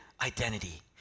identity